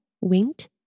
went